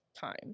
time